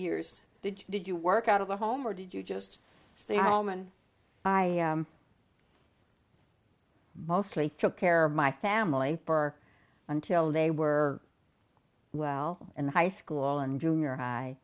years did you did you work out of the home or did you just stay home and i mostly took care of my family for until they were well in high school and junior high